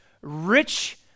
rich